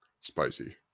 Spicy